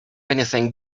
anything